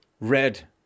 red